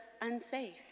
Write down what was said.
unsafe